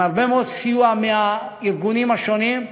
עם הרבה מאוד סיוע מהארגונים השונים,